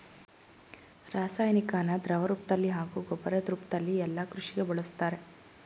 ರಾಸಾಯನಿಕನ ದ್ರವರೂಪ್ದಲ್ಲಿ ಹಾಗೂ ಗೊಬ್ಬರದ್ ರೂಪ್ದಲ್ಲಿ ಯಲ್ಲಾ ಕೃಷಿಗೆ ಬಳುಸ್ತಾರೆ